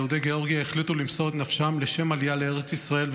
יהודי גאורגיה החליטו למסור את נפשם לשם עלייה לארץ ישראל,